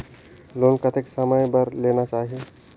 Loan कतेक समय बर लेना चाही?